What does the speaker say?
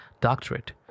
doctorate